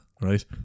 right